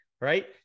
right